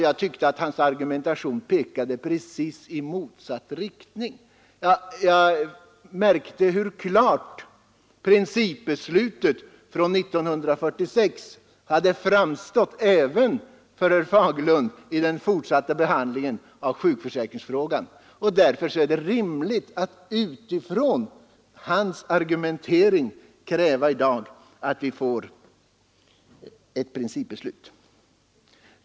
Jag tyckte att hans argumentation pekade precis i motsatt riktning. Jag märkte hur klart principbeslutet från 1946 hade framstått för herr Fagerlund i den fortsatta behandlingen av sjukförsäkringsfrågan. Därför är det rimligt att utifrån hans argumentering kräva att vi i dag får ett principbeslut.